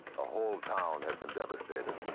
a whole town had been devastated.